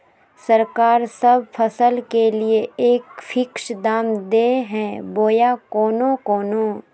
सरकार सब फसल के लिए एक फिक्स दाम दे है बोया कोनो कोनो?